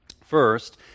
First